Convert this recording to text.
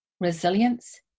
resilience